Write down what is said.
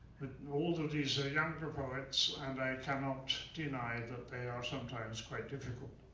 all of these are younger poets, and i cannot deny that they are sometimes quite difficult.